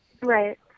Right